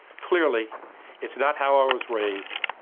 clearly it's not how i was raised.